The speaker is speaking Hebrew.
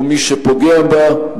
ומי שפוגע בה,